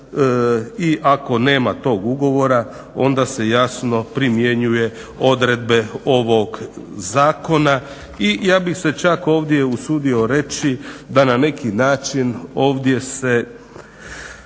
i ako nema tog ugovora onda se jasno primjenjuju odredbe ovog zakona i ja bih se čak ovdje usudio reći da na neki način ovdje se